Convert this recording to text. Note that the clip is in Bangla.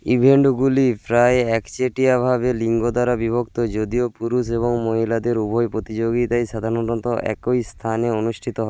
ইভেন্টগুলি প্রায় একচেটিয়াভাবে লিঙ্গ দ্বারা বিভক্ত যদিও পুরুষ এবং মহিলাদের উভয়ো প্রতিযোগিতায় সাধারণতত একই স্থানে অনুষ্ঠিত হয়